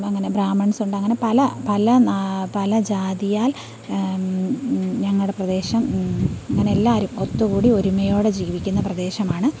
അങ്ങനെ ബ്രാമിൺസുണ്ട് അങ്ങനെ പല പല പല ജാതിയാൽ ഞങ്ങളുടെ പ്രദേശം അങ്ങനെല്ലാരും ഒത്തുകൂടി ഒരുമയോടെ ജീവിക്കുന്ന പ്രദേശമാണ്